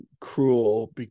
cruel